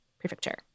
Prefecture